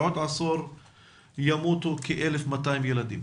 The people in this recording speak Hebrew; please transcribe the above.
בעוד עשור ימותו כ-1,200 ילדים